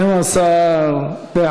הנושא לוועדה שתקבע ועדת הכנסת נתקבלה.